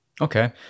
Okay